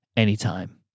anytime